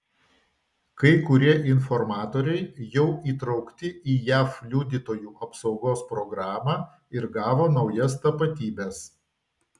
kai kurie informatoriai jau įtraukti į jav liudytojų apsaugos programą ir gavo naujas tapatybes